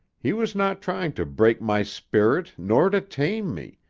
he was not trying to break my spirit nor to tame me,